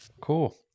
Cool